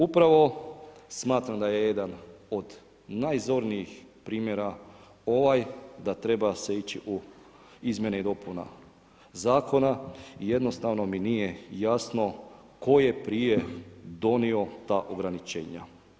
Upravo smatram da je jedan od najzornijih primjera ovaj da treba se ići u izmjene i dopuna zakona i jednostavno mi nije jasno tko je prije donio ta ograničenja.